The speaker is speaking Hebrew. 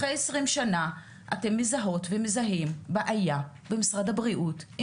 אחרי עשרים שנה אתן מזהות ומזהים בעיה במשרד הבריאות.